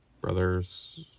brother's